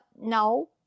no